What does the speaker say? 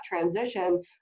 transition